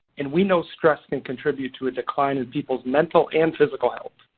and we know stress can contribute to a decline in people's mental and physical health.